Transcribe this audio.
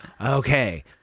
okay